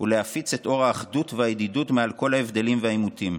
ולהפיץ את אור האחדות והידידות מעל כל ההבדלים והעימותים.